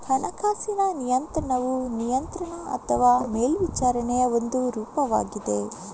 ಹಣಕಾಸಿನ ನಿಯಂತ್ರಣವು ನಿಯಂತ್ರಣ ಅಥವಾ ಮೇಲ್ವಿಚಾರಣೆಯ ಒಂದು ರೂಪವಾಗಿದೆ